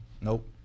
nope